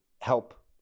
help